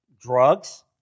drugs